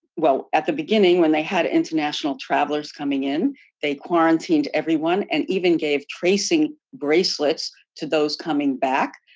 well, at the beginning, when they had international travelers coming in they quarantined everyone, and even gave tracing bracelets to those coming back.